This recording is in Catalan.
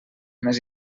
més